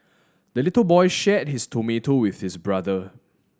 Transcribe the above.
the little boy shared his tomato with his brother